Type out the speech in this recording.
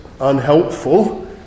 unhelpful